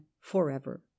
forever